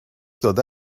داده